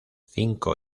cinco